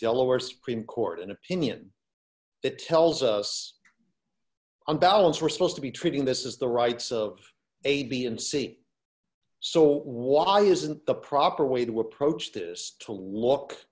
delaware supreme court an opinion it tells us on balance we're supposed to be treating this as the rights of a b and c so why isn't the proper way to approach this to look